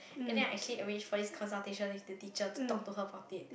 and then I actually arranged for this consultation with the teacher to talk to her about it